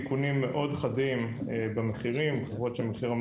חברות שמחיר המניה שלהן ירד בעשרות רבות של אחוזים,